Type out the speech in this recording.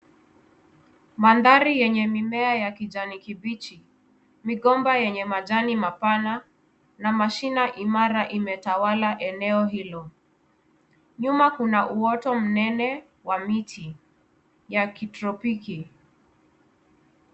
Mandhari yenye mimea ya kijani kibichi. Migomba yenye majani mapana, na mashina imara, imetawala eneo hilo. Nyuma kuna uoto mnene wa miti ya kitropiki.